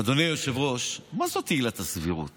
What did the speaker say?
אדוני היושב-ראש, מה זאת עילת סבירות?